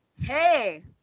Hey